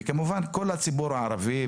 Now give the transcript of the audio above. וכמובן כל הציבור הערבי.